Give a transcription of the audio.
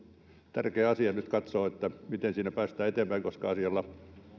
tärkeä asia nyt katsoa se miten siinä päästään eteenpäin koska asialla